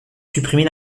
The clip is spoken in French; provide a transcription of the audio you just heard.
supprimer